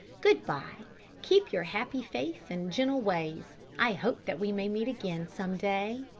good-bye keep your happy face and gentle ways. i hope that we may meet again some day.